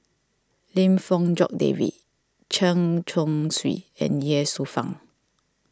Lim Fong Jock David Chen Chong Swee and Ye Shufang